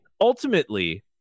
Ultimately